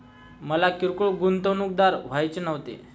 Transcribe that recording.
मला किरकोळ गुंतवणूकदार व्हायचे नव्हते